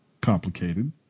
complicated